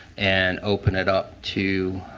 and open it up to.